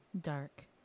dark